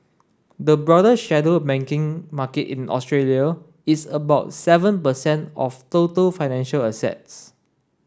the broader shadow banking market in Australia is about seven per cent of total financial assets